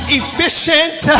efficient